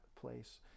place